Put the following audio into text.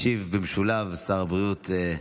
ישיב במשולב שר הבריאות,